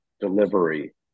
delivery